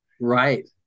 Right